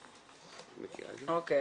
--- אוקיי.